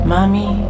Mommy